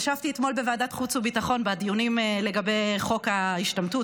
ישבתי אתמול בוועדת החוץ והביטחון בדיונים לגבי חוק ההשתמטות,